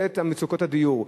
לעת מצוקות הדיור,